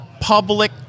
public